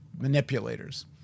manipulators